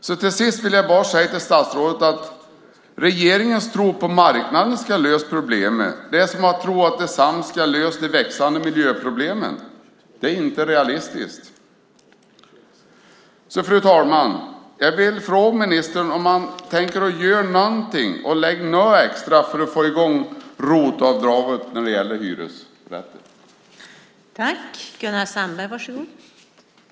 Så till sist vill jag bara säga till statsrådet att regeringens tro på att marknaden ska lösa problemet är som att tro att densamma ska lösa de växande miljöproblemen. Det är inte realistiskt. Fru talman! Jag vill fråga ministern om han tänker göra något och lägga något extra på att få i gång ROT-avdraget när det gäller hyresrätter.